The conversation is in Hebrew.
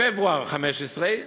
בפברואר 2015,